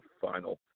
final